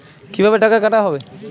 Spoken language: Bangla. কিভাবে টাকা কাটা হবে?